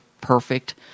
perfect